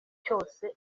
cyose